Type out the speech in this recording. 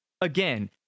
again